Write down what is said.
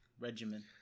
regimen